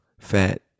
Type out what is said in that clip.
fat